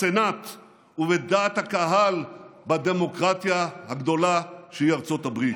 בסנאט ובדעת הקהל בדמוקרטיה הגדולה שהיא ארצות הברית.